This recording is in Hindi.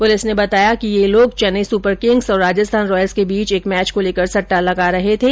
पुलिस ने बताया ये लोग चैन्नई सुपर किंग्स और राजस्थान रॉयल्स के बीच एक मैच को लेकर सट्टा लगा रहे थे